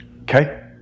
okay